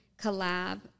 collab